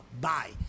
Bye